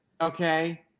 Okay